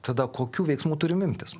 tada kokių veiksmų turim imtis